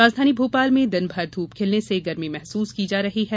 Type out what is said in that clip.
राजधानी भोपाल में दिन भर ध्रप खिलने से गर्मी महसूस की जा रही है